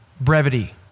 brevity